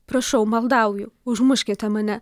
prašau maldauju užmuškite mane